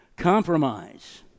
compromise